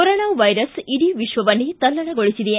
corona virus ಇಡೀ ವಿಶ್ವವನ್ನೇ ತಲ್ಲಣಗೊಳಿಸಿದೆ